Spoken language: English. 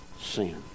sin